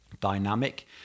dynamic